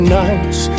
nights